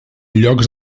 llocs